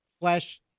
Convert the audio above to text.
flesh